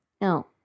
No